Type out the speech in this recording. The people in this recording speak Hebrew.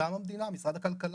מטעם המדינה - משרד הכלכלה.